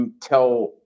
tell